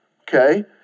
okay